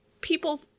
people